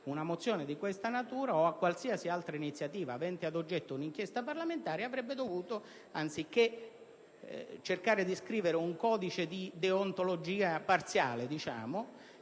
una mozione di questa natura, o qualsiasi altra iniziativa avente ad oggetto un'inchiesta parlamentare, anziché cercare di scrivere un codice di deontologia parziale, avrebbe